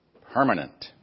permanent